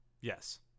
Yes